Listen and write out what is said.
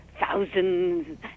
thousands